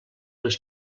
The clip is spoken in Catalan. les